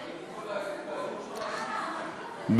התשע"ג 2013, נתקבלה.